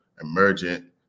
emergent